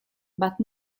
but